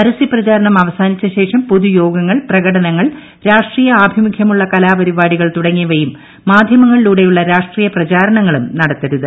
പരസ്യ പ്രചാരണം അവസാനിച്ച ശേഷം പൊതുയോഗങ്ങൾ പ്രകടനങ്ങൾ രാഷ്ട്രീയ ആഭിമുഖ്യമുള്ള കലാപരിപാടികൾ തുടങ്ങിയവും മാധൃമങ്ങളിലുടെയുള്ള രാഷ്ട്രീയ പ്രചാരണങ്ങളും നടത്തരുത്